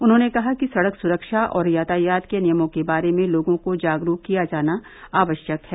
उन्होंने कहा कि सड़क सुरक्षा और यातायात के नियमों के बारे में लोगों को जागरूक किया जाना आवश्यक है